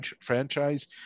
franchise